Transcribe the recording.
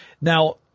now